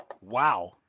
Wow